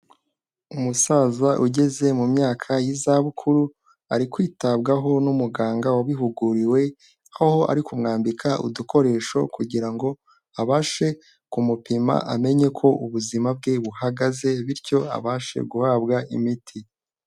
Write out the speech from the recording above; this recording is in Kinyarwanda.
Umusaza ugeze mu myaka y'izabukuru, ari kwitabwaho n'umuganga wabihuguriwe, aho ari kumwambika udukoresho kugira ngo abashe ku mupima amenye ko ubuzima bwe buhagaze bityo abashe guhabwa imiti.